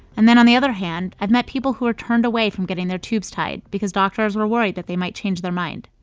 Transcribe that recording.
and then on the other hand, i've met people who are turned away from getting their tubes tied because doctors were worried that they might change their mind.